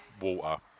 water